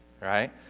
right